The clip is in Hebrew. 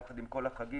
יחד עם כל החגים,